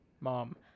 mom